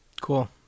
Cool